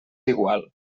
igual